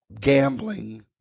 gambling